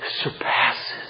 Surpasses